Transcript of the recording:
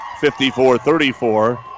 54-34